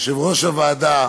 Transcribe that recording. יושב-ראש ועדת העבודה,